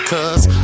Cause